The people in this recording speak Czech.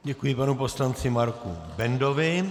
Děkuji panu poslanci Marku Bendovi.